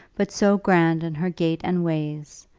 but so grand in her gait and ways,